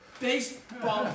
Baseball